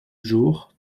jour